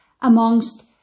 amongst